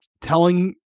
telling